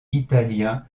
italien